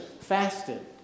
fasted